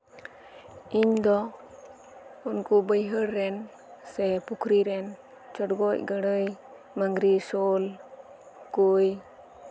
ᱤᱧ ᱫᱚ ᱩᱱᱠᱩ ᱵᱟᱹᱭᱦᱟᱹᱲ ᱨᱮᱱ ᱥᱮ ᱯᱩᱠᱷᱨᱤ ᱨᱮᱱ ᱪᱚᱸᱰᱜᱚᱡ ᱜᱟᱬᱟᱹᱭ ᱢᱟᱜᱽᱨᱤ ᱥᱳᱞ ᱠᱳᱭ